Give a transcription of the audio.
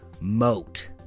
moat